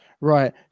right